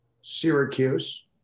Syracuse